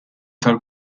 tal